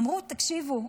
אמרו: תקשיבו,